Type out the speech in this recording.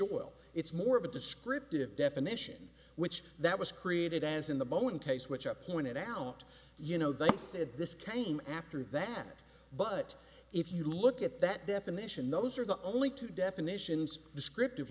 well it's more of a descriptive definition which that was created as in the bone case which up pointed out you know they said this came after that but if you look at that definition those are the only two definitions descriptive